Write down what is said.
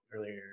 earlier